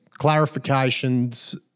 clarifications